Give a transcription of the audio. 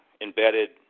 embedded